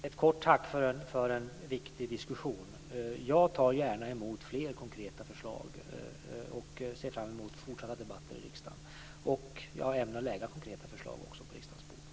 Fru talman! Ett kort tack för en viktig diskussion. Jag tar gärna emot fler konkreta förslag och ser fram emot fortsatta debatter i riksdagen. Jag ämnar också lägga fram konkreta förslag på riksdagens bord.